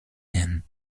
them